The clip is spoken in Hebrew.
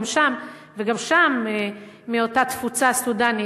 גם שם, מאותה תפוצה סודנית,